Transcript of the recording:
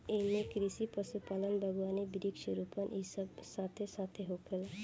एइमे कृषि, पशुपालन, बगावानी, वृक्षा रोपण इ सब साथे साथ होखेला